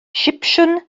sipsiwn